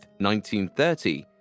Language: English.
1930